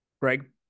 Greg